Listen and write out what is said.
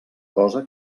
cosa